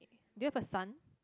do you have a sun